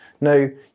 no